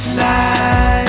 life